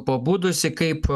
pabudusi kaip